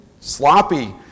sloppy